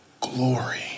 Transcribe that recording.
Glory